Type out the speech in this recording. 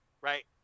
right